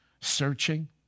searching